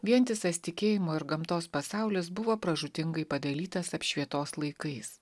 vientisas tikėjimo ir gamtos pasaulis buvo pražūtingai padalytas apšvietos laikais